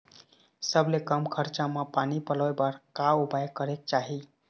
सबले कम खरचा मा पानी पलोए बर का उपाय करेक चाही?